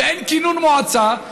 אין כינון מועצה,